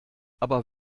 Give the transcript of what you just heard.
aber